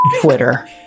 Twitter